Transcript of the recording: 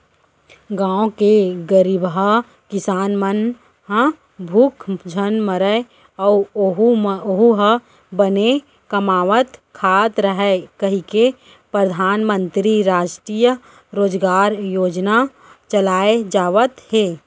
गाँव के गरीबहा किसान मन ह भूख झन मरय अउ ओहूँ ह बने कमावत खात रहय कहिके परधानमंतरी रास्टीय रोजगार योजना चलाए जावत हे